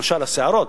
למשל השערות.